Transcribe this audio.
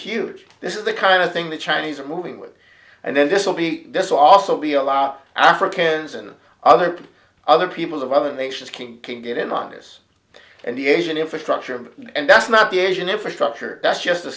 huge this is the kind of thing the chinese are moving with and then this will be this will also be allow africans and other people other people of other nations king can get in on this and the asian infrastructure and that's not the asian infrastructure that's just a